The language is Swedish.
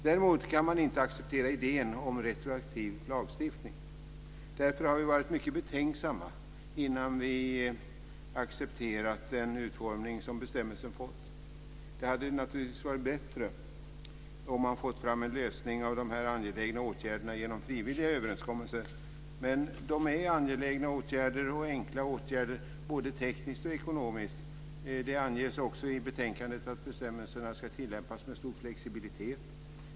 Däremot kan man inte acceptera idén om retroaktiv lagstiftning. Vi har därför varit mycket betänksamma innan vi har accepterat den utformning som bestämmelsen har fått. Det hade naturligtvis varit bättre om man hade fått fram en lösning av dessa angelägna åtgärder genom frivilliga överenskommelser. Men det är fråga om angelägna åtgärder som är enkla både tekniskt och ekonomiskt. Det anges också i betänkandet att bestämmelserna ska tillämpas med stor flexibilitet.